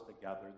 together